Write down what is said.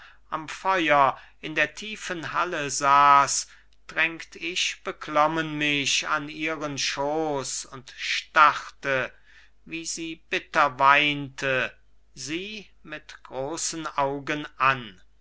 am feuer in der tiefen halle saß drängt ich beklommen mich an ihren schoos und starrte wie sie bitter weinte sie mit großen augen an